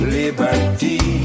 liberty